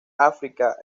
áfrica